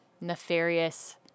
nefarious